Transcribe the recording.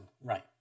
right